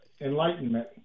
Enlightenment